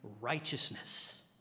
righteousness